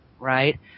Right